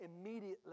immediately